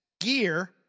gear